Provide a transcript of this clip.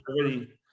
already